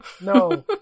No